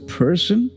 person